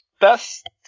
best